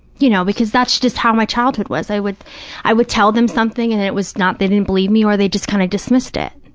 you know, because that's just how my childhood was. i would i would tell them something and it it was not, they didn't believe me or they just kind of dismissed it,